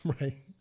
Right